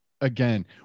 Again